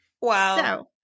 Wow